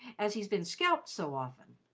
as he's been scalped so often.